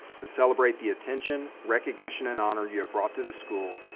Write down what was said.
to celebrate the attention, recognition and honor you have brought to the school,